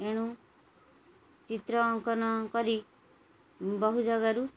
ଏଣୁ ଚିତ୍ର ଅଙ୍କନ କରି ବହୁ ଜାଗାରୁ